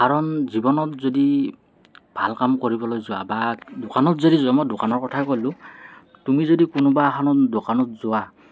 কাৰণ জীৱনত যদি ভাল কাম কৰিবলৈ যোৱা বা দোকানত যদি যোৱা মই দোকানৰ কথাই ক'লোঁ তুমি যদি কোনোবা এখনত দোকানত যোৱা